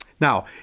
Now